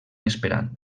esperant